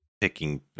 Picking